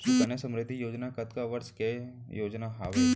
सुकन्या समृद्धि योजना कतना वर्ष के योजना हावे?